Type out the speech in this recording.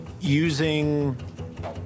Using